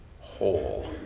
whole